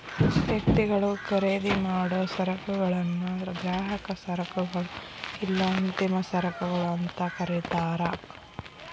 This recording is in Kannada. ವ್ಯಕ್ತಿಗಳು ಖರೇದಿಮಾಡೊ ಸರಕುಗಳನ್ನ ಗ್ರಾಹಕ ಸರಕುಗಳು ಇಲ್ಲಾ ಅಂತಿಮ ಸರಕುಗಳು ಅಂತ ಕರಿತಾರ